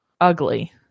ugly